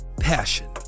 Passion